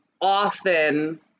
often